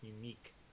unique